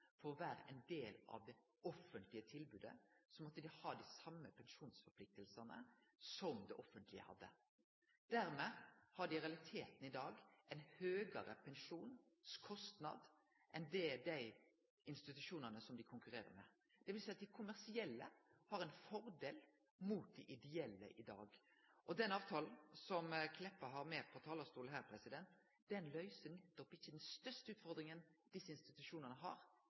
For å vere ein del av det offentlege tilbodet, måtte dei ha dei same pensjonsforpliktingane som det offentlege hadde. Dermed har dei i realiteten i dag ein høgare pensjonskostnad enn institusjonane dei konkurrerer med. Det vil seie at dei kommersielle har ein fordel i forhold til dei ideelle i dag. Avtalen Meltveit Kleppa har med på talarstolen, løyser ikkje den største utfordringa desse institusjonane har,